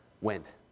went